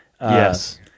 Yes